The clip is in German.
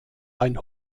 ein